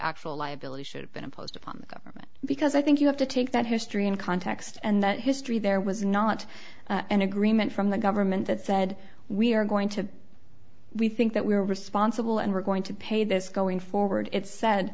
actual liability should have been imposed upon the government because i think you have to take that history in context and that history there was not an agreement from the government that said we are going to we think that we're responsible and we're going to pay this going forward it's said